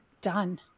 done